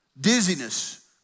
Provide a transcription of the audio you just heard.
Dizziness